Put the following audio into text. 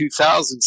2000s